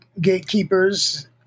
gatekeepers